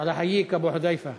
לוועדת הכספים נתקבלה.